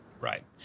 Right